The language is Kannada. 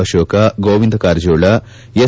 ಅಶೋಕ ಗೋವಿಂದ ಕಾರಜೋಳ ಎಸ್